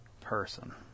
person